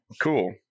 Cool